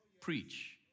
preach